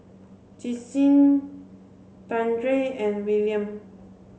Justyn Dandre and Willian